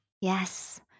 Yes